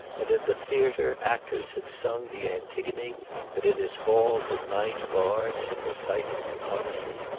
and in the theatre actors had sung the antigone and in his halls at night bards had recited the odyssey.